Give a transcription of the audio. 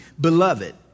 Beloved